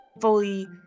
fully